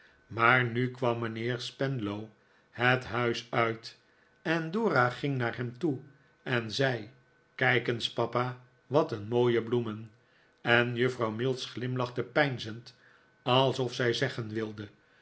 maar nu kwam mijnheer spenlow het huis uit en dora ging naar hem toe en zei kijk eens papa wat een mooie bloemen en juffrouw mills glimlachte peinzend alsof zij zeggen wilde